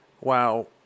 wow